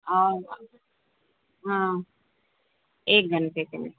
औ हाँ एक घंटे के लिए